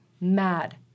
mad